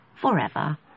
forever